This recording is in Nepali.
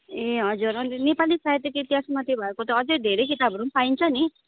ए हजुर अन्त नेपाली साहित्यको इतिहासमा त्यो भएको त अझ धेरै किताबहरू पाइन्छ पनि